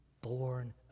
born